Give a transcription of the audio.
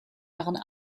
daran